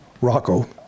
Rocco